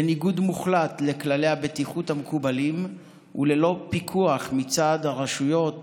בניגוד מוחלט לכללי הבטיחות המקובלים וללא פיקוח מצד הרשויות